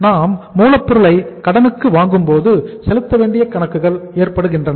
நாம் மூலப்பொருளை கடனுக்கு வாங்கும் போது செலுத்தவேண்டிய கணக்குகள் ஏற்படுகின்றன